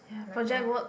like that